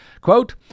Quote